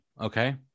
Okay